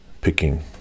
Picking